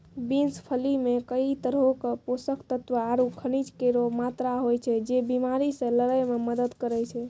beans फली मे कई तरहो क पोषक तत्व आरु खनिज केरो मात्रा होय छै, जे बीमारी से लड़ै म मदद करै छै